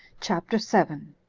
chapter seven.